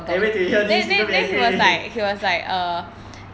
eh wait till he hear this he's gonna be angry already